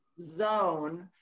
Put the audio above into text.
zone